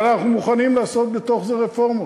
אבל אנחנו מוכנים לעשות בתוך זה רפורמות.